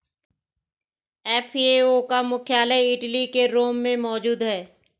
FAO का मुख्यालय Italy के रोम में मौजूद है